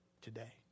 today